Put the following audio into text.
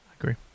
agree